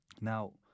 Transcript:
Now